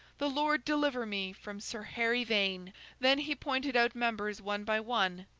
the lord deliver me from sir harry vane then he pointed out members one by one,